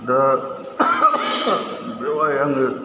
दा बेवहाय आङो